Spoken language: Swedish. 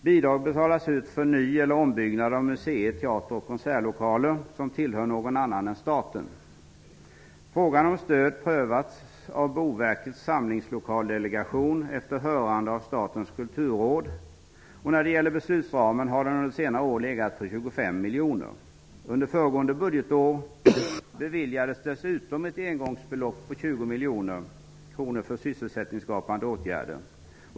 Bidrag betalas ut för ny eller ombyggnad av muséer, teatrar och konsertlokaler som tillhör någon annan än staten. Frågan om stöd prövas av av Boverkets samlingslokaldelegation efter hörande av Statens kulturråd. Beslutsramen har under senare år legat på 25 miljoner kronor. Under föregående budgetår beviljades dessutom ett engångsbelopp på 20 miljoner kronor för sysselsättningsskapande åtgärder.